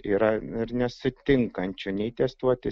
yra ir nesutinkančių nei testuoti